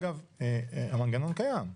המנגנון קיים,